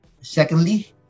Secondly